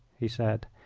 he said.